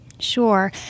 Sure